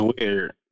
weird